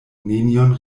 nenion